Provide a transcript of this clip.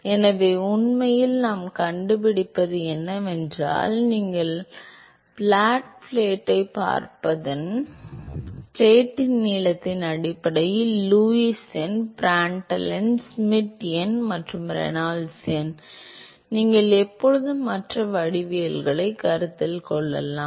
எனவே உண்மையில் நாம் கண்டுபிடித்தது என்னவென்றால் நீங்கள் பிளாட் பிளேட்டைப் பார்ப்பதால் பிளேட்டின் நீளத்தின் அடிப்படையில் லூயிஸ் எண் பிராண்ட்டல் எண் ஷ்மிட் எண் மற்றும் ரெனால்ட்ஸ் எண் நீங்கள் எப்போதும் மற்ற வடிவவியலைக் கருத்தில் கொள்ளலாம்